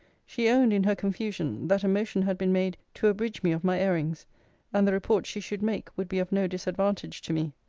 she owned, in her confusion, that a motion had been made to abridge me of my airings and the report she should make, would be of no disadvantage to me.